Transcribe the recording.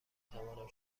توانم